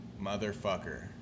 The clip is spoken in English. motherfucker